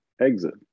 exit